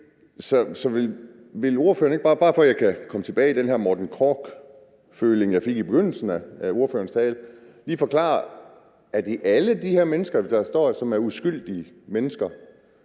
Så vil ordføreren ikke, bare så jeg kan komme tilbage til den hr. Morten Korch-følelse, jeg fik i begyndelsen af ordførerens tale, lige forklare, om det er alle de her mennesker, som er uskyldige mennesker,